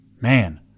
Man